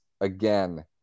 again